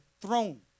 throne